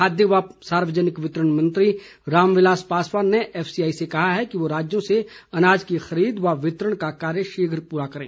खाद्य व सार्वजनिक वितरण मंत्री राम विलास पासवान ने एफसीआई से कहा है कि वह राज्यों से अनाज की खरीद व वितरण का कार्य शीघ्र पूरा करे